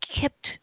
kept